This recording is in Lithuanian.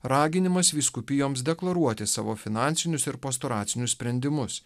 raginimas vyskupijoms deklaruoti savo finansinius ir pastoracinius sprendimus